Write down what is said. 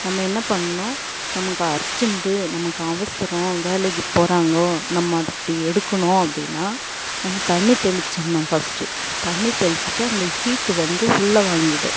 நம்ம என்ன பண்ணணும் நமக்கு அர்ஜென்டு நமக்கு அவசரம் வேலைக்கு போறாங்க நம்ம அப்படி எடுக்கணும் அப்படினா நம்ம தண்ணி தெளிச்சிடணும் ஃபர்ஸ்ட்டு தண்ணி தெளிச்சுட்டு அந்த ஹீட்டு வந்து உள் வாங்கிடும்